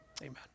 amen